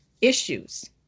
issues